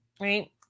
right